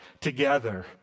together